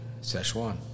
Szechuan